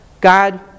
God